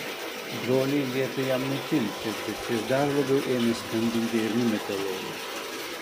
broliai liepė jam nutilti bet jis dar labiau ėmė skambinti ir numetė laumę